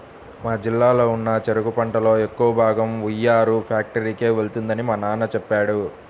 మా జిల్లాలో ఉన్న చెరుకు పంటలో ఎక్కువ భాగం ఉయ్యూరు ఫ్యాక్టరీకే వెళ్తుందని మా నాన్న చెప్పాడు